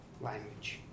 language